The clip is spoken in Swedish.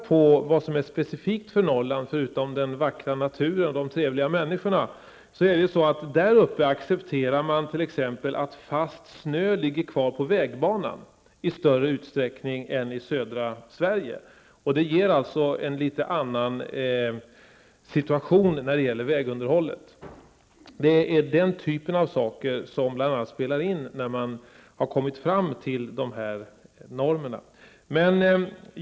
Något som är specifikt för Norrland, förutom den vackra naturen och de trevliga människorna, är att man där uppe i större utsträckning än i södra Sverige accepterar att fast snö ligger kvar på vägbanan, och det ger en litet annan situation när det gäller vägunderhållet. Det är bl.a. den typen av förhållanden som spelat in när man har kommit fram till de normer som tillämpas.